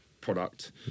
product